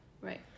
Right